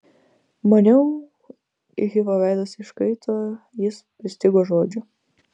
maniau hifo veidas iškaito jis pristigo žodžių